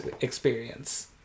experience